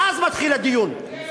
ואז מתחיל הדיון.